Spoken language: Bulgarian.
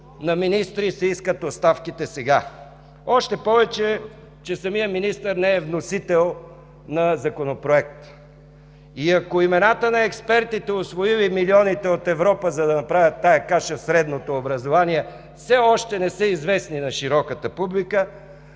на министри се искат оставките сега. (Реплики от ГЕРБ.) Още повече че самият министър не е вносител на законопроект. И ако имената на експертите, усвоили милионите от Европа, за да направят тази каша в средното образование (реплики от ГЕРБ), все още не са известни на широката публика,